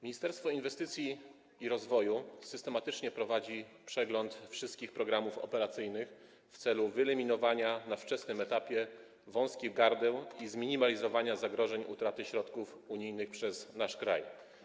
Ministerstwo Inwestycji i Rozwoju systematycznie prowadzi przegląd wszystkich programów operacyjnych w celu wyeliminowania na wczesnym etapie wąskich gardeł i zminimalizowania zagrożeń związanych z utratą środków unijnych przez nasz kraj.